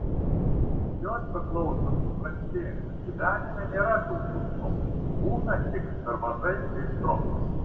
jos beklausant supranti kad gyvenime nėra pilkų spalvų būna tik per mažai aistros